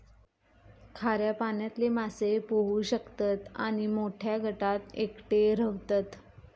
खाऱ्या पाण्यातले मासे पोहू शकतत आणि मोठ्या गटात एकटे रव्हतत